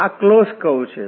આ closed curve છે